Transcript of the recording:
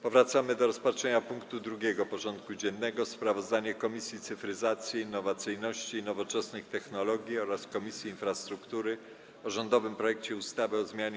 Powracamy do rozpatrzenia punktu 2. porządku dziennego: Sprawozdanie Komisji Cyfryzacji, Innowacyjności i Nowoczesnych Technologii oraz Komisji Infrastruktury o rządowym projekcie ustawy o zmianie